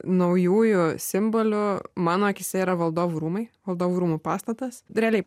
naujųjų simbolių mano akyse yra valdovų rūmai valdovų rūmų pastatas realiai